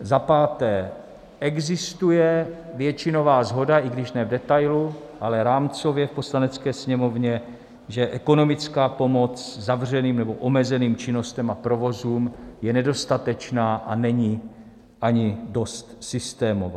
Za páté existuje většinová shoda, i když ne v detailu, ale rámcově v Poslanecké sněmovně, že ekonomická pomoc zavřeným nebo omezeným činnostem a provozům je nedostatečná a není ani dost systémová.